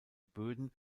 böden